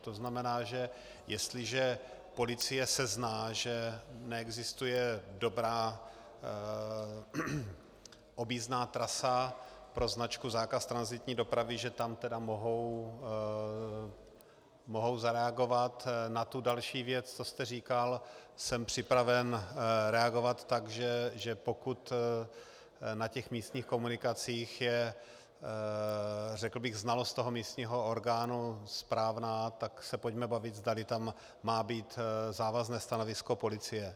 To znamená, jestliže policie sezná, že neexistuje dobrá objízdná trasa pro značku zákaz tranzitní dopravy, že tam mohou zareagovat na tu další věc, co jste říkal, jsem připraven reagovat tak, že pokud na těch místních komunikacích je, řekl bych, znalost místního orgánu správná, tak se pojďme bavit, zdali tam má být závazné stanovisko policie.